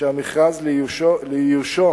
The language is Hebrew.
שהמכרז לאיושו